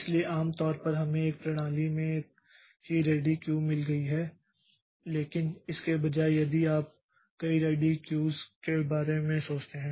इसलिए आम तौर पर हमें एक प्रणाली में एक ही रेडी क्यू मिल गई है लेकिन इसके बजाय यदि आप कई रेडी क्यूज़ के बारे में सोचते हैं